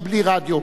גם בלי רדיו,